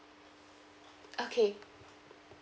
okay